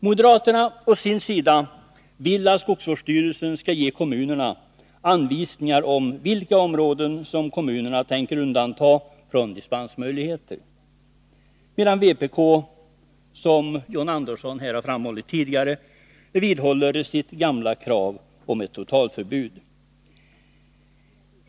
Moderaterna å sin sida vill att skogsvårdsstyrelsen skall ge kommunerna anvisningar om vilka områden kommunerna tänker undanta från dispens möjligheter, medan vänsterpartiet kommunisterna, som John Andersson här tidigare har framhållit, vidhåller sitt gamla krav på ett totalförbud.